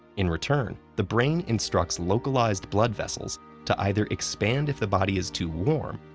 in return, the brain instructs localized blood vessels to either expand if the body is too warm,